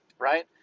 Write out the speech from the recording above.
Right